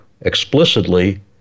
explicitly